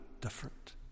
different